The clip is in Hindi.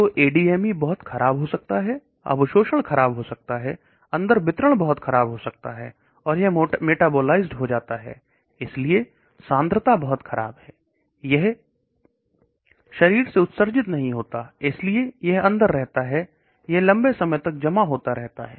तो ADME बहुत खराब हो सकता है अंकुश खराब हो सकता है अंदर बहुत खराब हो सकता है और यह मेटाबोलाइज्ड हो जाता है इसलिए सांद्रता बहुत खराब है शरीर से उत्सर्जित नहीं होता है इसलिए यह लंबे समय तक जमा होता रहता है